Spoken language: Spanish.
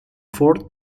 ford